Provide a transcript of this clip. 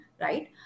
right